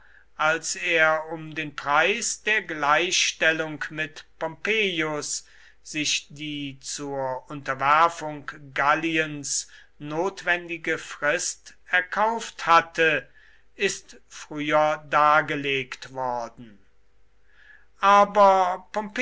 als er um den preis der gleichstellung mit pompeius sich die zur unterwerfung galliens notwendige frist erkauft hatte ist früher dargelegt worden aber